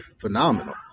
phenomenal